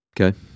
Okay